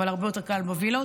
אבל הרבה יותר קל בווילות.